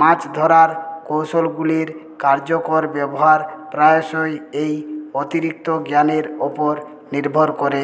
মাছ ধরার কৌশলগুলির কার্যকর ব্যবহার প্রায়শই এই অতিরিক্ত জ্ঞানের উপর নির্ভর করে